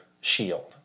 shield